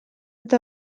eta